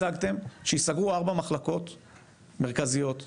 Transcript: הצגתם שיסגרו ארבע מחלקות מרכזיות,